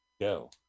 go